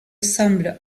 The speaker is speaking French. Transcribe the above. semble